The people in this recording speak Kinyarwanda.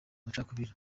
amacakubiri